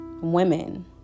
women